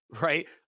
right